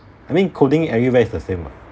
I mean coding everywhere is the same [what]